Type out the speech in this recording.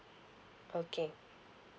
okay